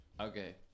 Okay